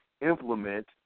implement